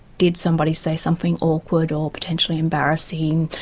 did somebody say something awkward or potentially embarrassing,